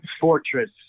fortress